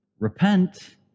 Repent